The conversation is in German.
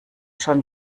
schon